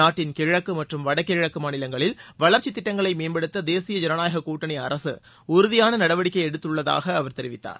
நாட்டின் கிழக்கு மற்றும் வடகிழக்கு மாநிலங்களில் வளர்ச்சித் திட்டங்களை மேம்படுத்த தேசிய ஜனநாயக கூட்டணி அரசு உறுதியான நடவடிக்கை எடுத்துள்ளதாக அவர் தெரிவித்தார்